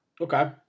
Okay